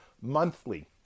monthly